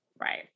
right